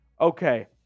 Okay